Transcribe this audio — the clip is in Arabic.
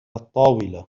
الطاولة